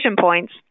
points